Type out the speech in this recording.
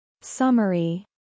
Summary